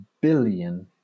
billion